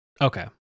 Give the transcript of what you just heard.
Okay